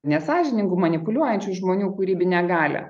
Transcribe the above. nesąžiningų manipuliuojančių žmonių kūrybinę galią